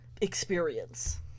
experience